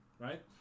right